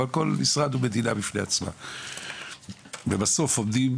אבל כל משרד הוא מדינה בפני עצמה ובסוף עומדים